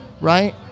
right